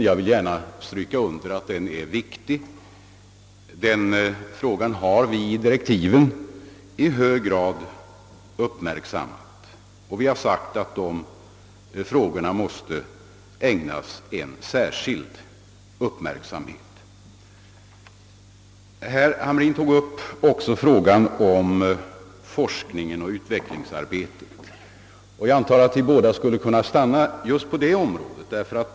Jag vill betona att det är en viktig fråga, som vi i direktiven i hög grad tagit fasta på och sagt att den måste ägnas särskild uppmärksamhet. Herr Hamrin aktualiserade också frågan om forskningen och utvecklingsarbetet. Jag antar att vi båda skulle kunna uppehålla oss länge just vid detta område.